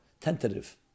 tentative